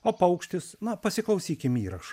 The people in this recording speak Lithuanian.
o paukštis na pasiklausykim įrašo